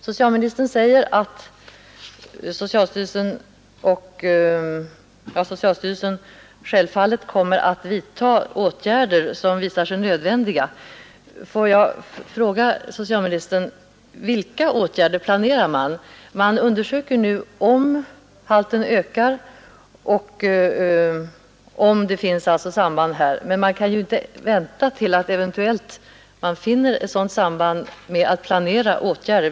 Socialministern säger att socialstyrelsen självfallet kommer att vidta åtgärder som visar sig nödvändiga. Får jag fråga socialministern: Vilka åtgärder planerar man? Man undersöker nu om halten ökar och om det finns ett samband, men man kan inte vänta med att planera åtgärder tills man eventuellt finner ett sådant samband.